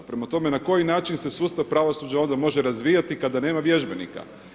Prema tome na koji način se sustav pravosuđa onda može razvijati kada nema vježbenika?